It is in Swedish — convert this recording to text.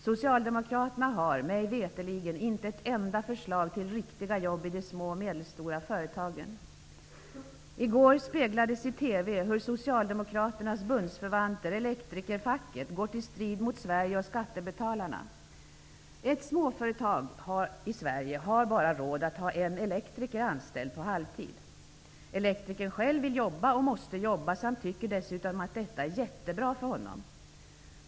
Socialdemokraterna har mig veterligen inte ett enda förslag till hur man skapar riktiga jobb i de små och medelstora företagen. I går speglades det i TV hur Socialdemokraternas bundsförvanter, Elektrikerfacket, går till strid mot Sverige och skattebetalarna. Ett litet företag i Sverige har kanske bara råd att ha en elektriker anställd på halvtid. Elektrikern själv vill och måste jobba samt tycker dessutom att det är jättebra för honom.